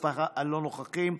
הם לא נוכחים.